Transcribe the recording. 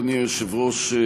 אדוני היושב-ראש,